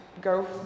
go